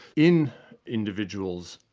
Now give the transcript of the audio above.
in individuals,